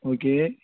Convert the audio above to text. okay